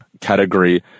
category